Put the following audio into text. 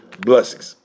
blessings